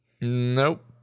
Nope